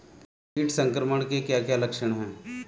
कीट संक्रमण के क्या क्या लक्षण हैं?